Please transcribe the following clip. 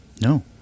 No